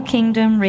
Kingdom